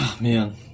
man